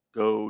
go